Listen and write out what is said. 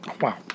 Wow